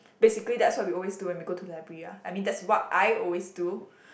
basically that's what we always do when we go to library lah I mean that's what I always do